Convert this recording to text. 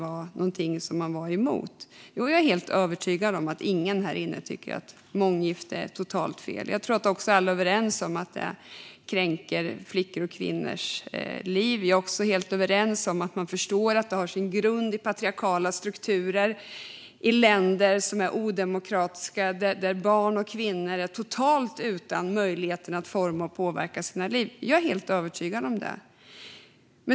Jo, jag är helt övertygad om att ingen här inne inte tycker att månggifte är totalt fel. Jag tror också att alla är överens om att det kränker flickors och kvinnors liv. Vi är också helt överens om att man förstår att detta har sin grund i patriarkala strukturer i länder som är odemokratiska, där barn och kvinnor är totalt utan möjlighet att forma och påverka sina liv. Jag är helt övertygad om det.